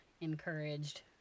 encouraged